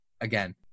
again